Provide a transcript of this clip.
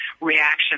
reaction